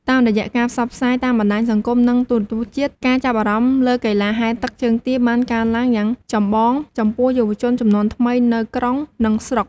តាមរយៈការផ្សាយផ្សព្វផ្សាយតាមបណ្តាញសង្គម និងទូរទស្សន៍ជាតិ ការចាប់អារម្មណ៍លើកីឡាហែលទឹកជើងទាបានកើនឡើងយ៉ាងចម្បងចំពោះយុវជនជំនាន់ថ្មីនៅក្រុងនិងស្រុក។